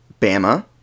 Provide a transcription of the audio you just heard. Bama